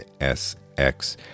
sx